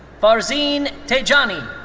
farzeen tejani.